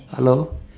hello